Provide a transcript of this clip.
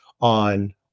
on